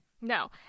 No